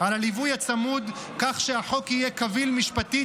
על הליווי הצמוד כך שהחוק יהיה קביל משפטית,